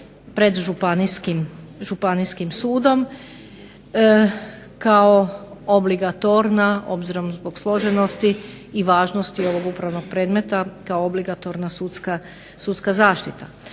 pred županijskom sudom kao obligatorna obzirom zbog složenosti i važnosti ovog upravnog predmeta kao obligatorna sudska zaštita.